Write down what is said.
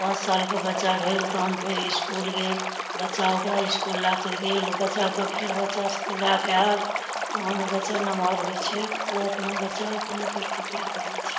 पाँच सालके बच्चा भेल तहन फेर इसकुल गेल बच्चा ओकरा इसकुल लऽ कऽ गेल ओ बच्चाके फेर बच्चा सबके लएके आयल तहन ओ बच्चा नमहर होइ छै ओ अपना बच्चा अपने प्रतिक्रिया करै छै